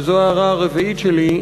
וזו ההערה הרביעית שלי,